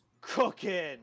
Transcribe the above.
cooking